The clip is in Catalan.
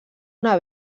una